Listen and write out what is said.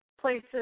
places